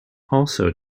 also